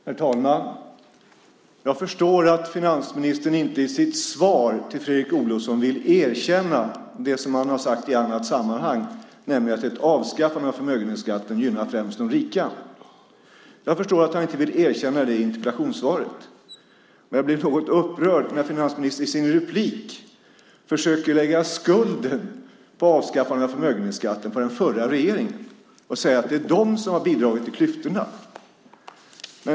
Herr talman! Jag förstår att finansministern inte i sitt svar till Fredrik Olovsson vill erkänna det som han har sagt i annat sammanhang, nämligen att ett avskaffande av förmögenhetsskatten främst gynnar de rika. Jag förstår att han inte vill erkänna det i interpellationssvaret, men jag blev något upprörd när finansministern i sin replik försökte lägga skulden för avskaffandet av förmögenhetsskatten på den förra regeringen och säga att det är den som har bidragit till klyftorna.